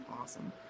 awesome